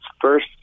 first